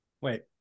wait